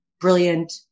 brilliant